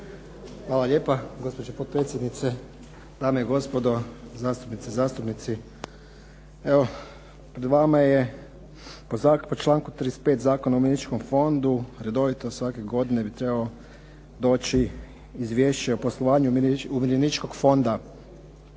Hvala lijepa. Gospođo potpredsjednice, dame i gospodo zastupnice i zastupnici. Evo, pred vama je po članku 35. Zakona o umirovljeničkom fondu redovito svake godine bi trebalo doći izvješće o poslovanju umirovljeničkog fonda.